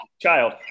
child